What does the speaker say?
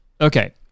Okay